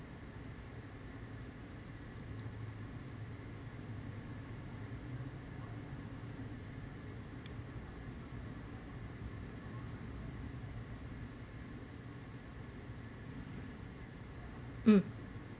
mm